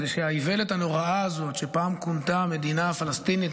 שהאיוולת הנוראה הזאת שפעם כונתה מדינה פלסטינית,